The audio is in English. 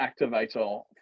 activator